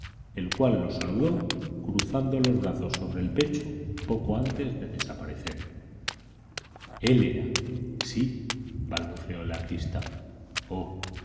el cual lo saludó cruzando los brazos sobre el pecho poco antes de desaparecer él era sí balbuceó el artista oh